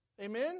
Amen